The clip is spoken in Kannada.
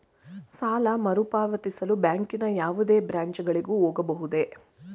ಸಾಲ ಮರುಪಾವತಿಸಲು ಬ್ಯಾಂಕಿನ ಯಾವುದೇ ಬ್ರಾಂಚ್ ಗಳಿಗೆ ಹೋಗಬಹುದೇ?